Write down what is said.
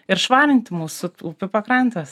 ir švarinti mūsų upių pakrantes